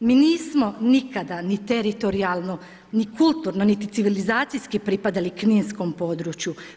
Mi nismo nikada ni teritorijalno, ni kulturno, niti civilizacijski pripadali kninskom području.